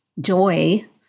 joy